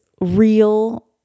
real